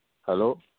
Hello